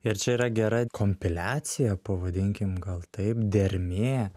ir čia yra gera kompiliacija pavadinkim gal taip dermė